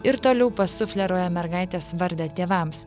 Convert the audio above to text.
ir toliau pasufleruoja mergaitės vardą tėvams